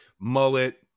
mullet